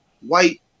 white